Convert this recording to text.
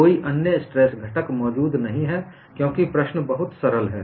कोई अन्य स्ट्रेस घटक मौजूद नहीं है क्योंकि प्रश्न बहुत सरल है